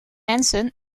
mensen